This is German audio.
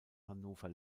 hannover